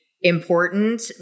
important